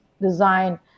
design